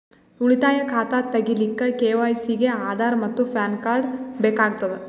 ಉಳಿತಾಯ ಖಾತಾ ತಗಿಲಿಕ್ಕ ಕೆ.ವೈ.ಸಿ ಗೆ ಆಧಾರ್ ಮತ್ತು ಪ್ಯಾನ್ ಕಾರ್ಡ್ ಬೇಕಾಗತದ